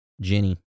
Jenny